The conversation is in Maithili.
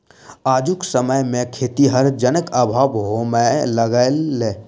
आजुक समय मे खेतीहर जनक अभाव होमय लगलै